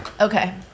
Okay